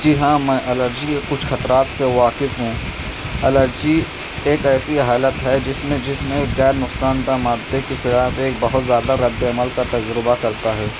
جی ہاں میں الرجی کے کچھ خطرات سے واقف ہوں الرجی ایک ایسی حالت ہے جس میں جس میں غیر نقصاندہ مادے کے خلاف ایک بہت زیادہ رد عمل کا تجربہ کرتا ہے